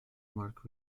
mark